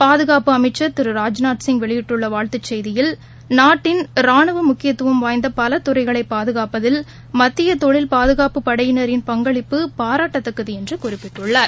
பாதுகாப்பு அமைச்சர் திரு ராஜ்நாத்சிங் வெளியிட்டுள்ள வாழ்த்துச் செய்தியில் நாட்டின் ரானுவ முக்கியத்துவம் வாய்ந்த பல துறைகளை பாதுகாப்பதில் மத்திய தொழில் பாதுகாப்புப் படையினரின் பங்களிப்பு பாராட்டத்தக்கது என்று குறிப்பிட்டுள்ளார்